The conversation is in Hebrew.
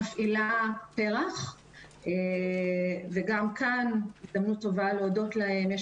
מפעילה פר"ח וגם כאן זו הזדמנות טובה להודות להם.